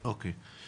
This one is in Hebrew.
כץ.